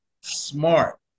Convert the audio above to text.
smart